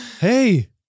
Hey